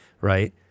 Right